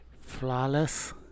flawless